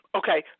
okay